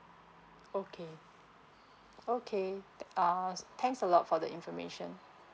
okay okay uh thanks a lot for the information